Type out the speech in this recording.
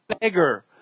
beggar